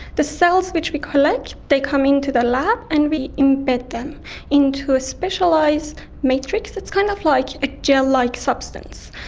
the cells which we collect, they come into the lab and we embed them into a specialised matrix that's kind of like a gel-like substance,